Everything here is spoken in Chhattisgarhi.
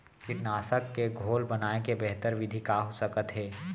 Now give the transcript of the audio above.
कीटनाशक के घोल बनाए के बेहतर विधि का हो सकत हे?